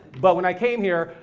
but when i came here,